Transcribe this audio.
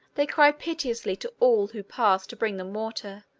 they cry piteously to all who pass to bring them water,